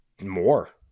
more